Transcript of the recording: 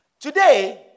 Today